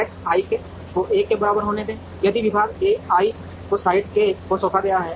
X ik को 1 के बराबर होने दें यदि विभाग i को साइट k को सौंपा गया है